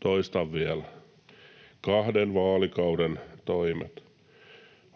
Toistan vielä: kahden vaalikauden toimet.